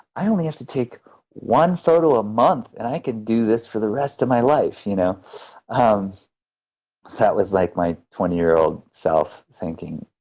i only have to take one photo a month and i could do this for the rest of my life. you know that was like my twenty year-old self thinking.